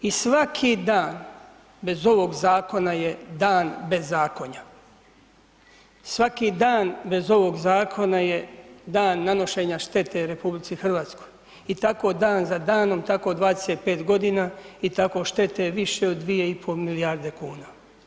I svaki dan bez ovog zakona je dan bezakonja, svaki dan bez ovog zakona je dan nanošenja štete RH i tako dan za danom, tako 25.g. i tako štete više od 2,5 milijarde kuna.